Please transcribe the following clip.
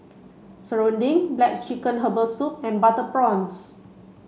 Serunding black chicken herbal soup and butter prawns